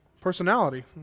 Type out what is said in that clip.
Personality